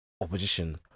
opposition